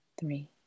three